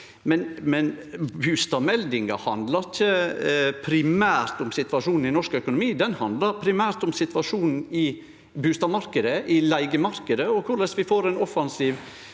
men bustadmeldinga handlar ikkje primært om situasjonen i norsk økonomi, ho handlar primært om situasjonen i bustadmarknaden, i leigemarknaden, og korleis vi får ein offensiv